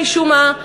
משום מה,